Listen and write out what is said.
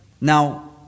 Now